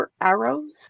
arrows